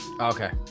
Okay